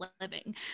living